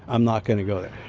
i'm not going to go there.